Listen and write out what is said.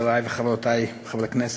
חברותי וחברי חברי הכנסת,